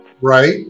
Right